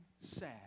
sad